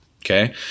Okay